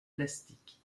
plastiques